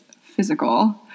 physical